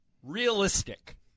Realistic